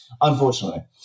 unfortunately